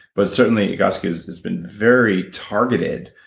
but certainly egoscue has has been very targeted,